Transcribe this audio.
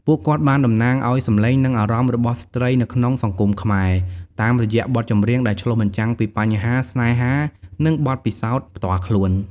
ពួកគាត់បានតំណាងឱ្យសំឡេង និងអារម្មណ៍របស់ស្ត្រីនៅក្នុងសង្គមខ្មែរ តាមរយៈបទចម្រៀងដែលឆ្លុះបញ្ចាំងពីបញ្ហា ស្នេហា និងបទពិសោធន៍ផ្ទាល់ខ្លួន។